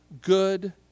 good